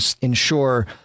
ensure